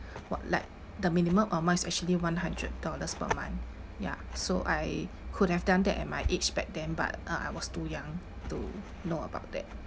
what like the minimum amount is actually one hundred dollars per month ya so I could have done that at my age back then but uh I was too young to know about that